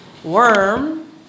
Worm